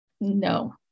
No